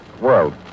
world